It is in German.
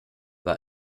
bei